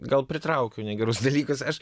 gal pritraukiau negerus dalykus aš